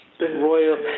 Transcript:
royal